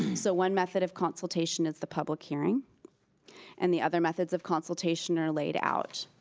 so one method of consultation is the public hearing and the other methods of consultation are laid out.